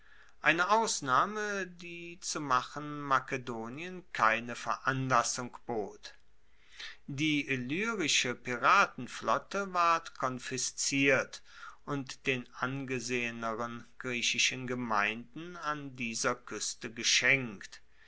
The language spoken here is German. eine ausnahme die zu machen makedonien keine veranlassung bot die illyrische piratenflotte ward konfisziert und den angeseheneren griechischen gemeinden an dieser kueste geschenkt